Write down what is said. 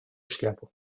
шляпу